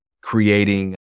creating